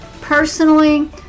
personally